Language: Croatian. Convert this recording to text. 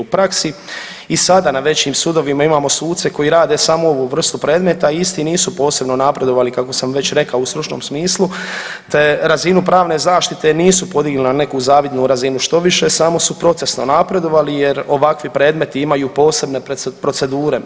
U praksi i sada na većim sudovima imamo suce koji rade samo ovu vrstu predmeta i isti nisu posebno napredovali kako sam već rekao u stručnom smislu te razinu pravne zaštite nisu podignuli na neku zavidnu razinu, štoviše samo su procesno napredovali jer ovakvi predmeti imaju posebne procedure.